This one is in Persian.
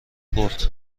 برد